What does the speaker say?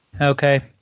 Okay